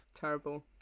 Terrible